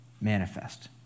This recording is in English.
manifest